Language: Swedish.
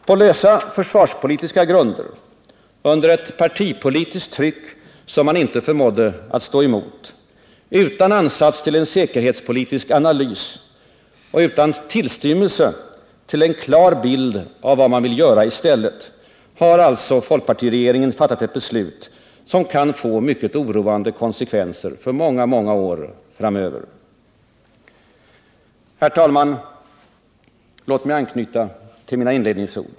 På lösa försvarspolitiska grunder, under ett partipolitiskt tryck som man inte förmådde stå emot, utan ansats till säkerhetspolitisk analys och utan tillstymmelse till en klar bild av vad man vill göra i stället, har alltså folkpartiregeringen fattat ett beslut som kan få mycket oroande konsekvenser för många år framöver. Herr talman! Låt mig anknyta till mina inledningsord.